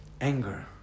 anger